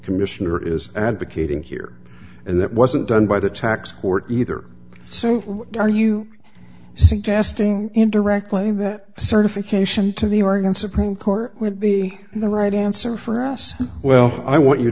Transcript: commissioner is advocating here and that wasn't done by the tax court either so are you suggesting in direct plain that a certification to the organ supreme court would be the right answer for us well i want you